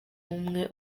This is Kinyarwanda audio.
umwe